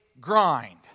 grind